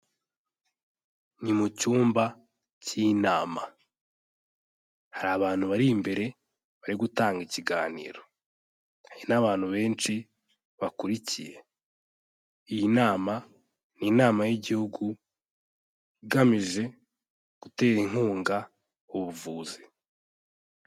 Ni mu cyumba cy'inama, hari abantu bari imbere bari gutanga ikiganiro. Hari n'abantu benshi bakurikiye, iyi nama, ni inama y'igihugu igamije gutera inkunga ubuvuzi.